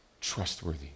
trustworthy